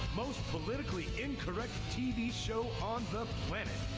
most politically incorrect tv show on the planet.